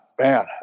man